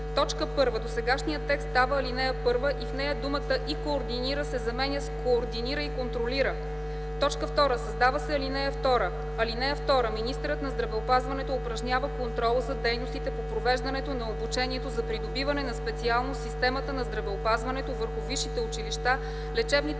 1. Досегашният текст става ал. 1 и в нея думата „и координира” се заменя с „координира и контролира”. 2. Създава се ал. 2: „(2) Министърът на здравеопазването упражнява контрол за дейностите по провеждане на обучението за придобиване на специалност в системата на здравеопазването върху висшите училища, лечебните